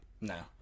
No